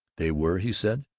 they were, he said,